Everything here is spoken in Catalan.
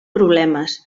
problemes